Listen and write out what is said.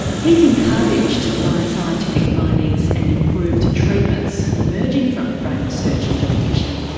he's encouraged by scientific findings and improved treatments emerging from brain research into addiction,